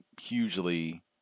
hugely